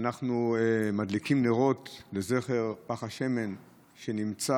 אנחנו מדליקים נרות לזכר פך השמן שנמצא.